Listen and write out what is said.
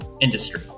industry